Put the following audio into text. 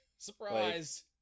Surprise